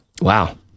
Wow